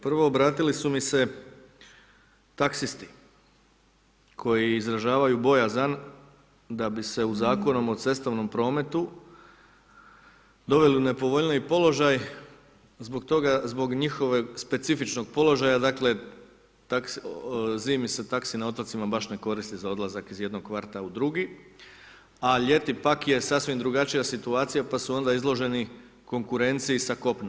Prvo, obratili su mi se taksisti koji izražavaju bojazan da bi se u Zakonu o cestovnom prometu doveli u nepovoljniji položaj zbog njihovog specifičnog položaja, dakle zimi se taxi na otocima baš ne koristi za odlazak iz jednog kvarta u drugi, a ljeti pak je sasvim drugačija situacija pa su onda izloženi konkurenciji sa kopna.